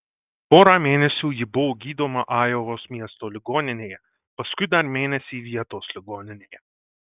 porą mėnesių ji buvo gydoma ajovos miesto ligoninėje paskui dar mėnesį vietos ligoninėje